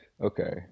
Okay